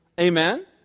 Amen